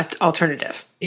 alternative